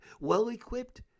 well-equipped